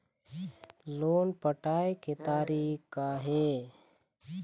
Loan पटाए के तारीख़ का हे?